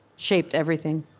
shaped everything